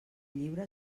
lliure